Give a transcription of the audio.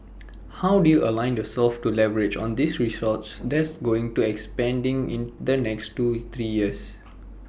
how do you align yourselves to leverage on this resource that's going to expanding in the next two three years